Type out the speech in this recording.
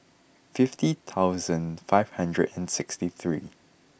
fifty thousand five hundred and sixty three